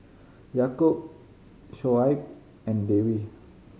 Yaakob Shoaib and Dewi